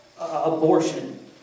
abortion